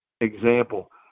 example